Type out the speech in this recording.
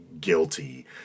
guilty